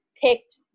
picked